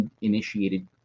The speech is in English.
initiated